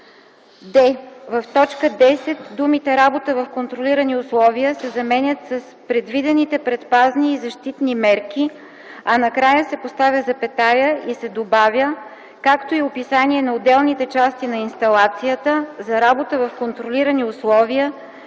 д) в т. 10 думите „работата в контролирани условия” се заменят с „предвидените предпазни и защитни мерки”, а накрая се поставя запетая и се добавя „както и описание на отделните части на инсталацията – за работа в контролирани условия